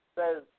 says